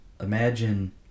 Imagine